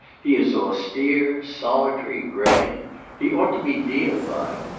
he is austere, solitary, grand he ought to be deified.